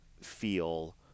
feel